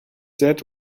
that